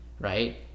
right